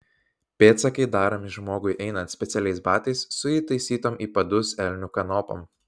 pėdsakai daromi žmogui einant specialiais batais su įtaisytom į padus elnių kanopom